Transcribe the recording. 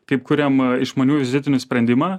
kaip kuriam išmaniųjų vizitinių sprendimą